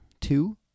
two